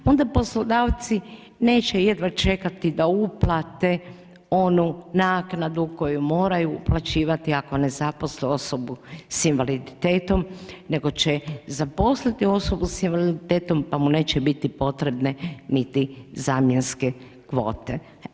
Onda poslodavci neće jedna čekati da uplate onu naknadu koju moraju uplaćivati ako ne zaposle osobu s invaliditetom nego će zaposliti osobu s invaliditetom pa mu neće biti potrebne niti zamjenske kvote.